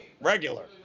regular